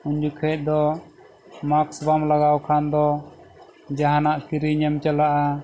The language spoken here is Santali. ᱩᱱ ᱡᱚᱠᱷᱚᱱ ᱫᱚ ᱢᱟᱠᱥ ᱵᱟᱢ ᱞᱟᱜᱟᱣ ᱠᱷᱟᱱ ᱫᱚ ᱡᱟᱦᱟᱱᱟᱜ ᱠᱤᱨᱤᱧ ᱮᱢ ᱪᱟᱞᱟᱜᱼᱟ